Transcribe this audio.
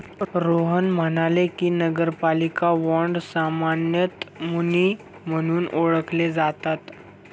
रोहन म्हणाले की, नगरपालिका बाँड सामान्यतः मुनी म्हणून ओळखले जातात